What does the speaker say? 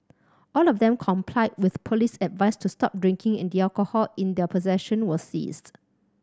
all of them complied with police advice to stop drinking and the alcohol in their possession was seized